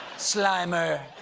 slimer,